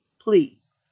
Please